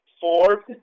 four